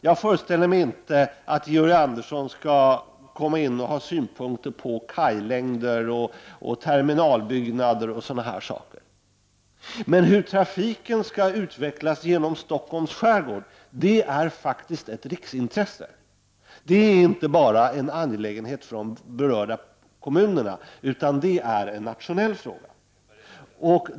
Jag föreställer mig inte att Georg Andersson skall komma med synpunkter på kajlängder, terminalbyggnader och liknande. Men hur trafiken som går genom Stockholms skärgård skall utvecklas är faktiskt av riksintresse. Det är inte bara en angelägenhet för de berörda kommunerna, utan det är en nationell fråga.